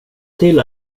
till